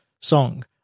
song